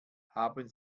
haben